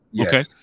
okay